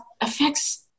affects